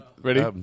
Ready